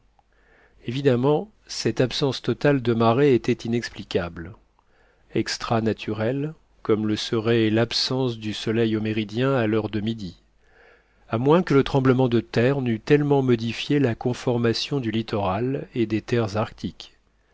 évidemment cette absence totale de marée était inexplicable extra naturelle comme le serait l'absence du soleil au méridien à l'heure de midi à moins que le tremblement de terre n'eût tellement modifié la conformation du littoral et des terres arctiques